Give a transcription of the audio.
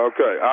Okay